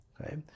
Okay